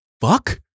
fuck